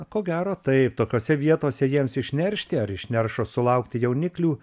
ko gero taip tokiose vietose jiems išneršti ar išneršus sulaukti jauniklių